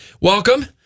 welcome